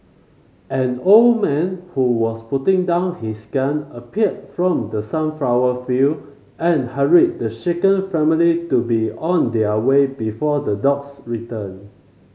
an old man who was putting down his gun appeared from the sunflower field and hurried the shaken family to be on their way before the dogs return